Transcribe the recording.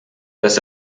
das